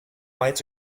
lights